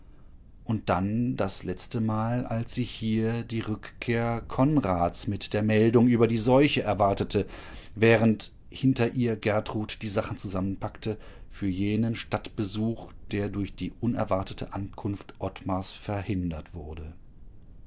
und dann das letztemal als sie hier die rückkehr konrads mit der meldung über die seuche erwartete während hinter ihr gertrud die sachen zusammenpackte für jenen stadtbesuch der durch die unerwartete ankunft ottmars verhindert wurde